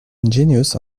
ingenious